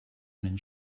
einen